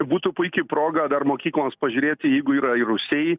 būtų puiki proga dar mokykloms pažiūrėti jeigu yra ir rūsiai